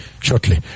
shortly